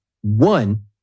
One